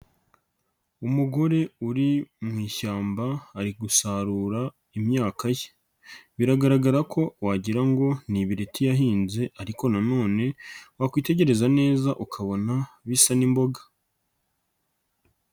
Umugore uri mu ishyamba ari gusarura imyaka ye, biragaragara ko wagira ngo ni ibireti yahinze ariko na none wakwitegereza neza ukabona bisa n'imboga.